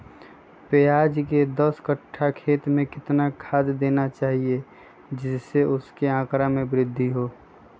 प्याज के दस कठ्ठा खेत में कितना खाद देना चाहिए जिससे उसके आंकड़ा में वृद्धि हो?